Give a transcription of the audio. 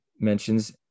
mentions